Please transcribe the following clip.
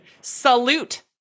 Salute